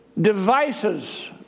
devices